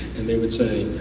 and they would say,